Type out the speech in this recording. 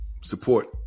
support